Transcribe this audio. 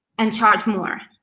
and charge more,